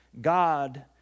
God